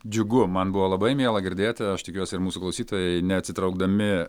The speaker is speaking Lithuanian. džiugu man buvo labai miela girdėti aš tikiuosi ir mūsų klausytojai neatsitraukdami